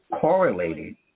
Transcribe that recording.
correlated